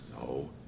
No